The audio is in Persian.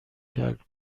جلب